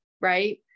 right